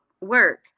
work